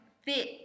fit